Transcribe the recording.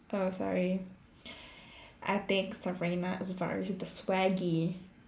oh sorry I think Serena is very the swaggy